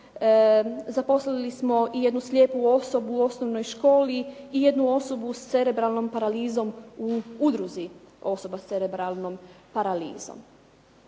zaposlili smo i jednu slijepu osobu u osobnoj školi i jednu osobu sa cerebralnom paralizom u udruzi osoba sa cerebralnom paralizom.